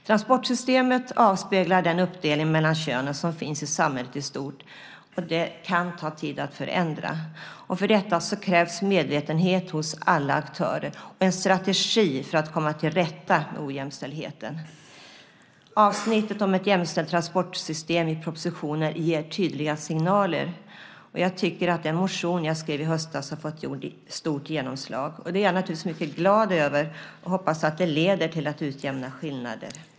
Transportsystemet avspeglar den uppdelning mellan könen som finns i samhället i stort. Det kan ta tid att förändra. För detta krävs medvetenhet hos alla aktörer och en strategi för att komma till rätta med jämställdheten. Avsnittet i propositionen om ett jämställt transportsystem ger tydliga signaler. Jag tycker att den motion jag skrev i höstas har fått stort genomslag. Det är jag naturligtvis mycket glad över och hoppas att det leder till att skillnader utjämnas.